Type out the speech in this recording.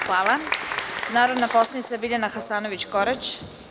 Reč ima narodna poslanica Biljana Hasanović Korać.